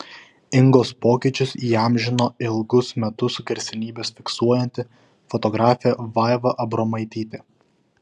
ingos pokyčius įamžino ilgus metus garsenybes fiksuojanti fotografė vaiva abromaitytė